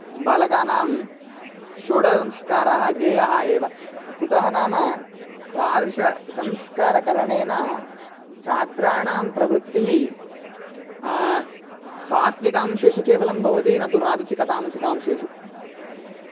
बालकानां षोडशसंस्काराः देयाः एव कुतः नाम तादृशसंस्कारकरणेन छात्राणां प्रवृत्तिः सात्विक अंशेषु केवलं भवति न तु राजसिकतामसिक अंशेषु